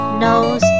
knows